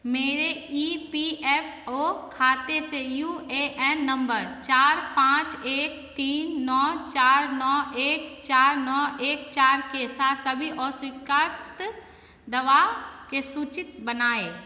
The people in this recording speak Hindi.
मेरे ई पी एफ ओ खाते से यू ए एन नम्बर चार पाँच एक तीन नौ चार नौ एक चार नौ एक चार साथ सभी अस्वीकृत दवा की सूचि बनाएँ